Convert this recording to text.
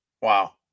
Wow